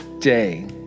day